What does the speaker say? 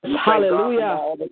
Hallelujah